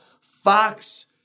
Fox